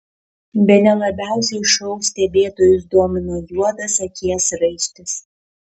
bene labiausiai šou stebėtojus domino juodas akies raištis